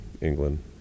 England